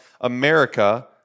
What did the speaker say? America